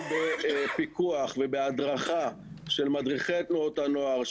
בפיקוח ובהדרכה של מדריכי תנועות הנוער,